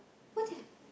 what did